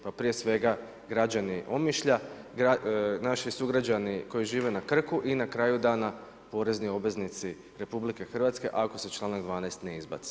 Pa prije svega građani Omišlja, naši sugrađani koji žive na Krku i na kraju dana porezni obveznici RH ako se članak 12. ne izbaci.